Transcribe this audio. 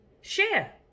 Share